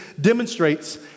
demonstrates